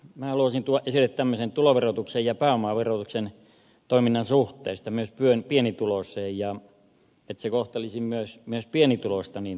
minä haluaisin tuoda esille tuloverotuksen ja pääomaverotuksen toiminnan suhteen myös pienituloiseen että se kohtelisi myös pienituloista oikeudenmukaisesti